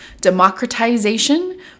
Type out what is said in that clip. Democratization